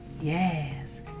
Yes